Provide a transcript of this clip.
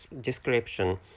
description